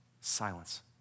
silence